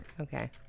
Okay